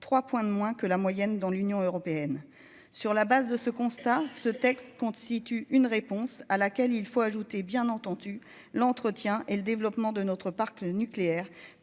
% 3 points de moins que la moyenne dans l'Union européenne sur la base de ce constat, ce texte constitue une réponse à laquelle il faut ajouter, bien entendu, l'entretien et le développement de notre parc nucléaire